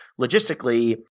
logistically